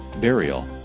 burial